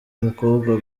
umukobwa